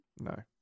No